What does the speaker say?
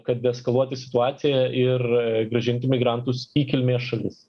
kad deeskaluoti situaciją ir grąžinti migrantus į kilmės šalis